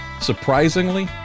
surprisingly